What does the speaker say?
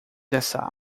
dessa